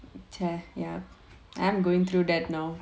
so ya I'm going through that now